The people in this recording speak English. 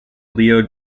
leo